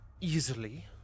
easily